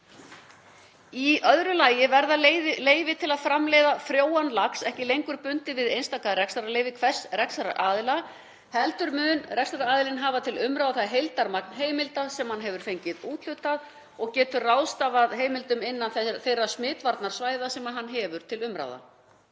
Í öðru lagi verða leyfi til að framleiða frjóan lax ekki lengur bundin við einstaka rekstrarleyfi hvers rekstraraðila heldur mun rekstraraðili hafa til umráða það heildarmagn heimilda sem hann hefur fengið úthlutað og getur ráðstafað heimildum sínum innan þeirra smitvarnasvæða sem hann hefur til umráða.